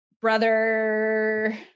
brother